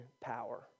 power